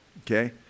okay